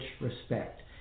respect